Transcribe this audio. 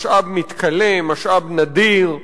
משאב מתכלה, משאב נדיר,